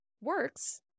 works